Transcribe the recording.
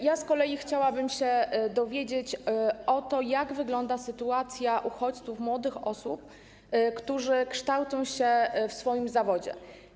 Ja z kolei chciałabym się dowiedzieć, jak wygląda sytuacja uchodźców, młodych osób, które kształcą się w swoim zawodzie.